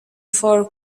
for